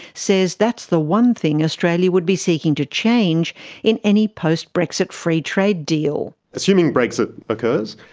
says that's the one thing australia would be seeking to change in any post-brexit free trade deal. assuming brexit occurs,